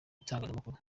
itangazamakuru